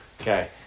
Okay